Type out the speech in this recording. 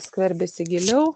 skverbiasi giliau